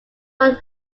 one